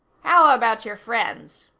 how about your friends?